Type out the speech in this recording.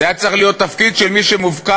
זה היה צריך להיות התפקיד של מי שמופקד